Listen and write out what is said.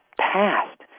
past